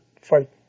fight